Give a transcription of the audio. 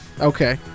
Okay